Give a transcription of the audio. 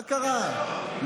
מה קרה?